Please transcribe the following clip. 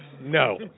No